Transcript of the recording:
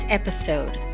episode